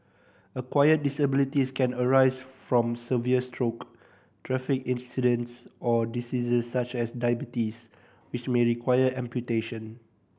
acquired disabilities can arise from severe stroke traffic accidents or diseases such as diabetes which may require amputation